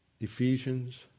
Ephesians